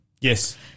Yes